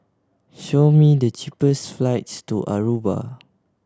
show me the cheapest flights to Aruba